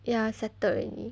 ya settled already